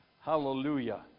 Hallelujah